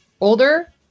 older